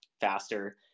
faster